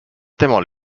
temal